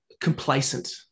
complacent